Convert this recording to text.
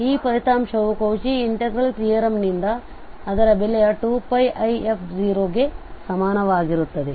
ಈ ಫಲಿತಾಂಶವು Cauchy integral ತಿಯರಮ್ನಿಂದ ಅದರ ಬೆಲೆಯು 2πif ಗೆ ಸಮಾನವಾಗಿರುತ್ತದೆ